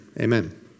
Amen